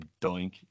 Doink